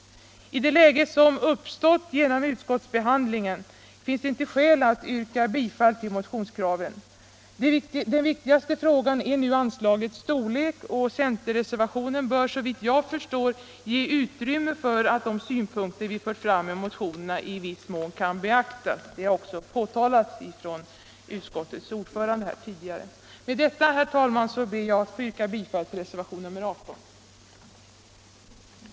I det läge som nu uppstått genom utskottsbehandlingen finns det inte skäl att yrka bifall till motionskraven. Den viktigaste frågan är nu anslagets storlek, och såvitt jag förstår bör centerreservationen ge utrymme för att de synpunkter vi fört fram i motionerna i viss mån kan beaktas. Detta har också tidigare understrukits av utskottets ordförande. Herr talman! Med det anförda ber jag att få yrka bifall till reservationen 18. den det ej vill röstar nej. den det ej vill röstar nej. den det ej vill röstar nej. den det ej vill röstar nej.